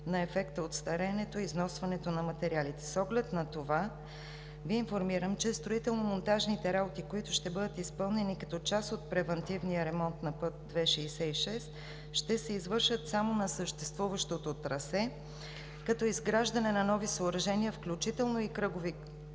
на ефекта от стареенето и износването на материалите. С оглед на това, Ви информирам, че строително-монтажните работи, които ще бъдат изпълнени като част от превантивния ремонт на път II-66, ще се извършат само на съществуващото трасе, като изграждане на нови съоръжения, включително и кръгови